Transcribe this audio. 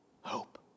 hope